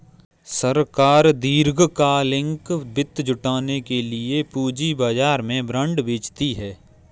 सरकार दीर्घकालिक वित्त जुटाने के लिए पूंजी बाजार में बॉन्ड बेचती है